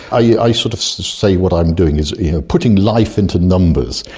ah yeah i sort of say what i'm doing is putting life into numbers,